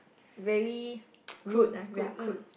very rude lah ya crude